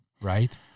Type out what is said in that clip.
Right